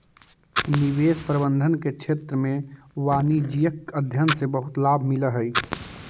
निवेश प्रबंधन के क्षेत्र में वाणिज्यिक अध्ययन से बहुत लाभ मिलऽ हई